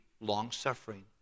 long-suffering